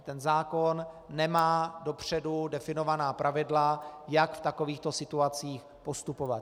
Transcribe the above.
Ten zákon nemá dopředu definovaná pravidla, jak v takovýchto situacích postupovat.